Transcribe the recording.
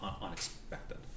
unexpected